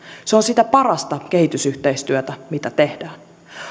se on sitä parasta kehitysyhteistyötä mitä tehdään